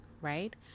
right